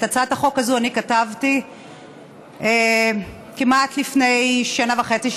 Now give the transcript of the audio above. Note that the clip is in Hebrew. את הצעת החוק הזאת אני כתבתי כמעט לפני שנה וחצי,